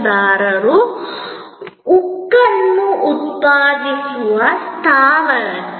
ಆದ್ದರಿಂದ ಉತ್ಖನನ ಯಂತ್ರ ಅಗೆಯುವ ಯಂತ್ರವನ್ನು ಉತ್ಪನ್ನವಾಗಿ ಮಾರಾಟ ಮಾಡುವುದನ್ನು ಉತ್ಖನನ ಸೇವೆಯಿಂದ ಬದಲಾಯಿಸಲಾಯಿತು